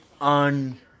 on